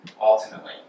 ultimately